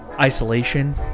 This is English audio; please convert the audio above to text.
Isolation